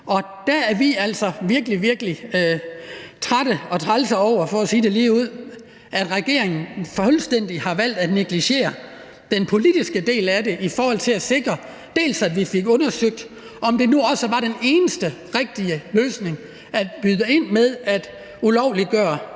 Og der er vi altså virkelig, virkelig trætte af og synes, det er træls, for at sige det ligeud, at regeringen har valgt fuldstændig at negligere den politiske del af det i forhold til at sikre, at vi fik undersøgt, om det nu også var den eneste rigtige løsning at byde ind med, altså at ulovliggøre